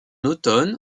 automne